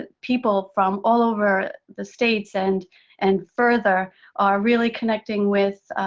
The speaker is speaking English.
ah people from all over the states and and further are really connecting with,